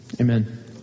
Amen